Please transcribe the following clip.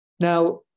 Now